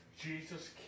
Jesus